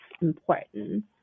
important